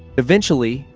eventually,